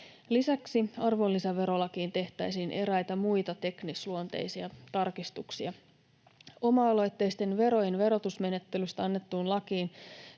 Lisäksi arvonlisäverolakiin tehtäisiin eräitä muita teknisluonteisia tarkistuksia. Oma-aloitteisten verojen verotusmenettelystä annettuun lakiin